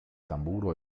tamburo